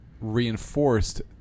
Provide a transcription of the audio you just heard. reinforced